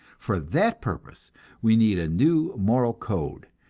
for that purpose we need a new moral code,